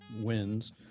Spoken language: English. wins